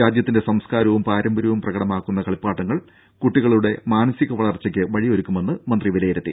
രാജ്യത്തിന്റെ സംസ്കാരവും പാരമ്പര്യവും പ്രകടമാക്കുന്ന കളിപ്പാട്ടങ്ങൾ കുട്ടികളിലെ മാനസിക വളർച്ചയ്ക്ക് വഴിയൊരുക്കുമെന്ന് മന്ത്രി വിലയിരുത്തി